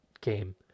game